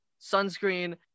sunscreen